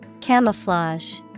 Camouflage